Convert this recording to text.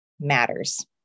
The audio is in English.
matters